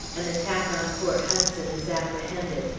an attack on port hudson is apprehended,